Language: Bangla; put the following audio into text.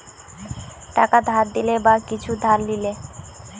টাকা ধার দিলে বা কিছু ধার লিলে